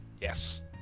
Yes